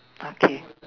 okay